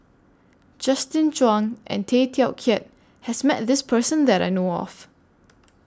Justin Zhuang and Tay Teow Kiat has Met This Person that I know of